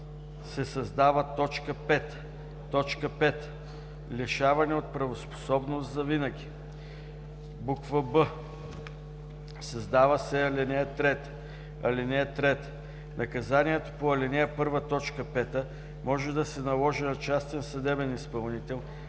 се създава т. 5: „5. лишаване от правоспособност завинаги“; б) създава се ал. 3: „(3) Наказанието по ал. 1, т. 5 може да се наложи на частен съдебен изпълнител,